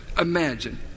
Imagine